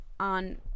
On